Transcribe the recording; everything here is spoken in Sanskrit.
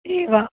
एवम् एवम्